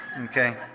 Okay